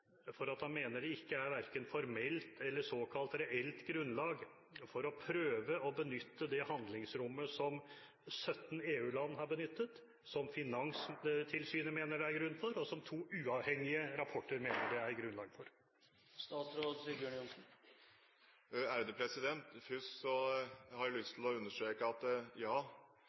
for å mene at det verken er formelt eller såkalt reelt grunnlag for å prøve å benytte det handlingsrommet som 17 EU-land har benyttet, som Finanstilsynet mener det er grunn for, og som to uavhengige rapporter mener det er grunnlag for? Først har jeg lyst til å understreke at ja,